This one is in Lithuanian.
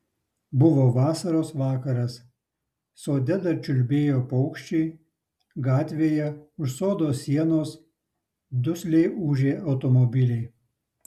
buvo vasaros vakaras sode dar čiulbėjo paukščiai gatvėje už sodo sienos dusliai ūžė automobiliai